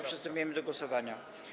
Przystępujemy do głosowania.